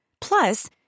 Plus